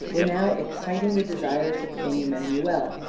were now exciting the desires of king emmanuel,